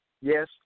Yes